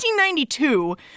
1992